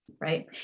Right